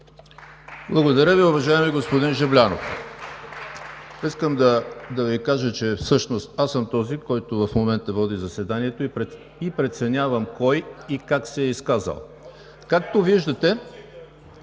Благодаря Ви, уважаеми господин Жаблянов. Искам да Ви кажа, че всъщност аз съм този, който в момента води заседанието и преценявам кой и как се е изказал. (Реплика